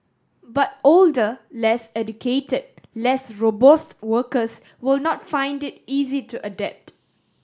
but older less educated less robust workers will not find it easy to adapt